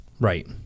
Right